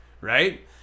right